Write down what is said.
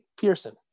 Pearson